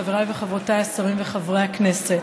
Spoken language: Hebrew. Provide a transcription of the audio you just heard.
חבריי וחברותיי השרים וחברי הכנסת,